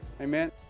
Amen